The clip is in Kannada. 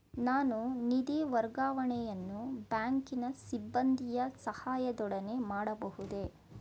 ನಾನು ನಿಧಿ ವರ್ಗಾವಣೆಯನ್ನು ಬ್ಯಾಂಕಿನ ಸಿಬ್ಬಂದಿಯ ಸಹಾಯದೊಡನೆ ಮಾಡಬಹುದೇ?